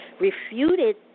refuted